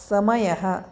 समयः